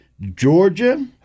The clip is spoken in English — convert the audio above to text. Georgia